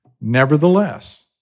Nevertheless